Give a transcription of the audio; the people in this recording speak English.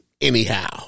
anyhow